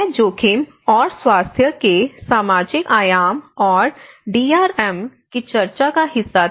मैं जोखिम और स्वास्थ्य के सामाजिक आयाम और डीआरएम की चर्चा का हिस्सा था